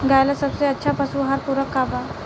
गाय ला सबसे अच्छा पशु आहार पूरक का बा?